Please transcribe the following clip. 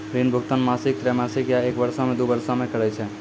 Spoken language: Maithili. ऋण भुगतान मासिक, त्रैमासिक, या एक बरसो, दु बरसो मे करै छै